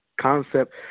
concept